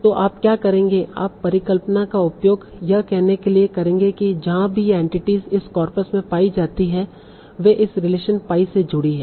तो आप क्या करेंगे आप परिकल्पना का उपयोग यह कहने के लिए करेंगे कि जहां भी ये एंटिटीस इस कॉर्पस में पाई जाती हैं वे इस रिलेशन pi से जुड़ी हैं